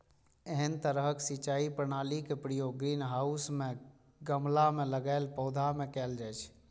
एहन तरहक सिंचाई प्रणालीक प्रयोग ग्रीनहाउस मे गमला मे लगाएल पौधा मे कैल जाइ छै